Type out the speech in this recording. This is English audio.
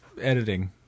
editing